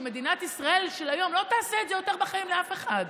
שמדינת ישראל של היום לא תעשה את זה יותר לאף אחד,